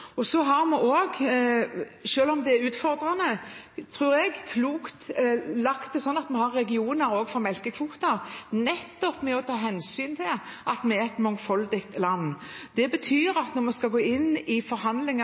på. Så har vi også – og det er klokt, tror jeg, selv om det er utfordrende – laget det til slik at vi har regioner for melkekvoter også, nettopp for å ta hensyn til at vi er et mangfoldig land. Det betyr at når vi skal gå inn i